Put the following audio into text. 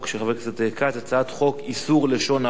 הצעת חוק איסור לשון הרע (תיקון,